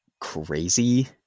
crazy